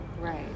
Right